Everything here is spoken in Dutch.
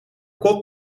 kot